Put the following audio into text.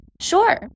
Sure